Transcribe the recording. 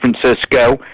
Francisco